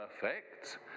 perfect